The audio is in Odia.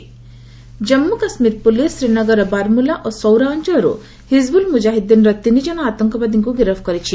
କେକେ ଆରେଷ୍ଟ ଜାମ୍ମୁ କାଶ୍ମୀର ପୁଲିସ ଶ୍ରୀନଗର ବାରମୁଲା ଓ ସୌରା ଅଞ୍ଚଳରୁ ହିଜିବୁଲ୍ ମୁଜାହିଦ୍ଦିନର ତିନିଜଣ ଆତଙ୍କବାଦୀଙ୍କୁ ଗିରଫ କରିଛି